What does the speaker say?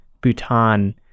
Bhutan